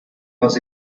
was